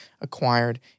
acquired